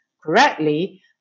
correctly